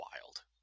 wild